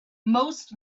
most